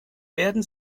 werden